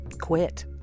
quit